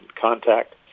contact